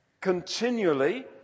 continually